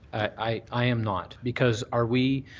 i i am not. because are we